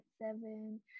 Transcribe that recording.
seven